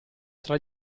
tra